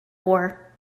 war